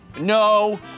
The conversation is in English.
No